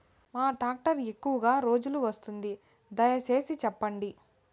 ఏ tractor ఎక్కువగా రోజులు వస్తుంది, దయసేసి చెప్పండి?